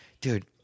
dude